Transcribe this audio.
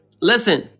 Listen